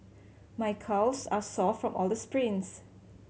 my calves are sore from all the sprints